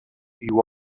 you